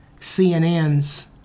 CNN's